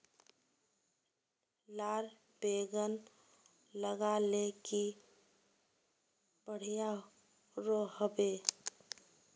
लार बैगन लगाले की बढ़िया रोहबे?